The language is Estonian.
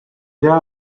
hea